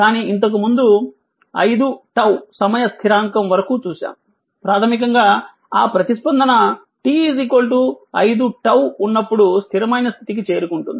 కానీ ఇంతకుముందు 5𝝉 సమయ స్థిరాంకం వరకు చూశాము ప్రాథమికంగా ఆ ప్రతిస్పందన t 5𝝉 ఉన్నప్పుడు స్థిరమైన స్థితికి చేరుకుంటుంది